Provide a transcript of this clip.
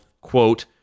quote